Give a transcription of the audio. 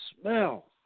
smell